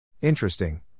Interesting